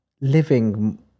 living